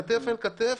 כתף אל כתף,